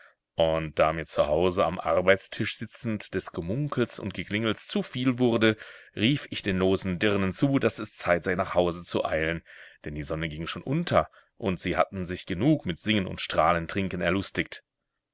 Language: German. und da mir zu hause am arbeitstisch sitzend des gemunkels und geklingels zu viel wurde rief ich den losen dirnen zu daß es zeit sei nach hause zu eilen denn die sonne ging schon unter und sie hatten sich genug mit singen und strahlentrinken erlustigt